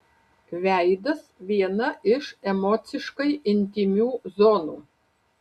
veidas viena iš emociškai intymių zonų